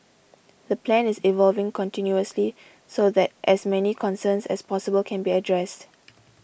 the plan is evolving continuously so that as many concerns as possible can be addressed